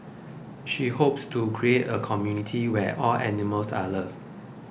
she hopes to create a community where all animals are loved